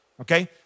okay